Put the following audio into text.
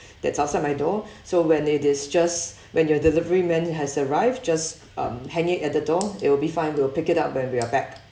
that's outside my door so when it is just when your delivery man has arrived just um hang it at the door it will be fine we'll pick it up when we are back